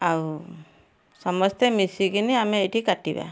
ଆଉ ସମସ୍ତେ ମିଶିକିନି ଆମେ ଏଇଠି କାଟିବା